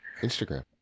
instagram